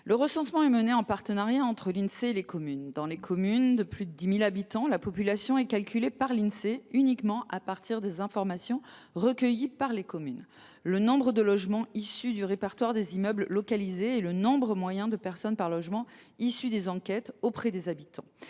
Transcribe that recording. le recensement est mené en partenariat entre l’Insee et les communes. Dans les communes de plus de 10 000 habitants, la population est calculée par l’Insee uniquement à partir des informations recueillies par les communes : le nombre de logements issu du répertoire d’immeubles localisés et le nombre moyen de personnes par logement issu des enquêtes effectuées auprès des habitants.